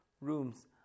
rooms